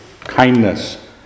Kindness